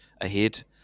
ahead